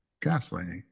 Gaslighting